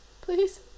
Please